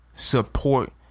Support